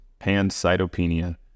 pancytopenia